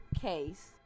case